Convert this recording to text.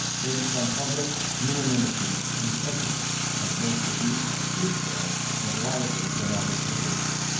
may become public unanimity in sentiment, and may produce a truthful and lively dramatic literature.